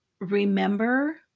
remember